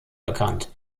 bekannt